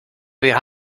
wir